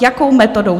Jakou metodou?